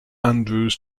andrews